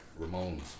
Ramones